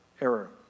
error